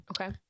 Okay